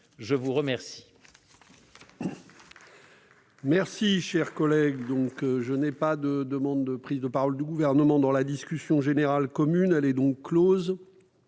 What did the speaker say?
je vous remercie